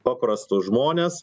paprastus žmones